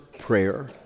prayer